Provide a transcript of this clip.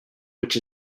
which